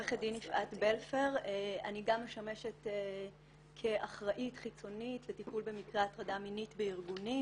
אני גם משמשת כאחראית חיצונית לטיפול במקרי הטרדה מינית בארגונים